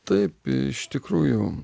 taip iš tikrųjų